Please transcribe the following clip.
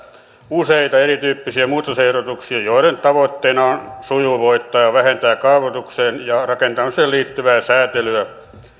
useita erityyppisiä muutosehdotuksia joiden tavoitteena on sujuvoittaa ja vähentää kaavoitukseen ja rakentamiseen liittyvää säätelyä